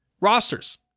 Rosters